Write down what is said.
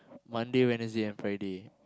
Monday Wednesday and Friday